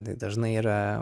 tai dažnai yra